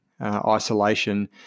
isolation